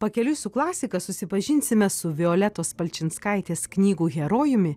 pakeliui su klasika susipažinsime su violetos palčinskaitės knygų herojumi